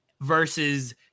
versus